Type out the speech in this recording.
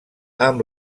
amb